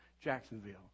Jacksonville